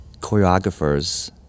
choreographers